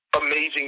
amazing